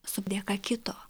su dėka kito